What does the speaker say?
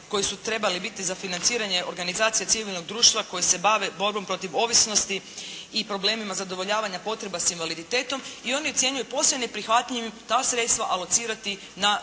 koji su trebali biti za financiranje organizacije civilnog društva koji se bave borbom protiv ovisnosti i problemima zadovoljavanja potreba s invaliditetom, i oni ocjenjuju posve neprihvatljivim ta sredstva alocirati na zakladu